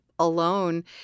alone